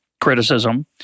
criticism